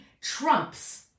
trumps